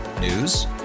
News